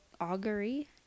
augury